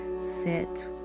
Sit